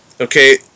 Okay